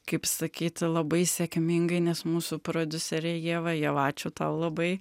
kaip sakyti labai sėkmingai nes mūsų prodiuserė ieva ieva ačiū tau labai